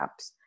apps